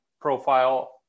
profile